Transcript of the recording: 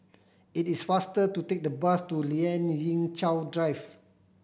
it is faster to take the bus to Lien Ying Chow Drive